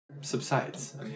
subsides